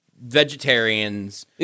vegetarians